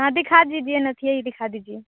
हाँ दिखा दीजिए नथिया ही दिखा दीजिए